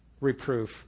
reproof